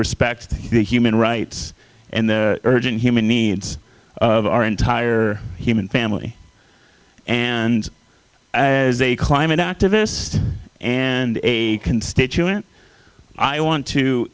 respect the human rights and the urgent human needs of our entire human family and i as a climate activist and a constituent i want to